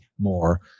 more